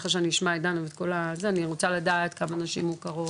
אחרי שאני אשמע את דנה אני ארצה לדעת כמה נשים מוכרות.